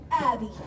Abby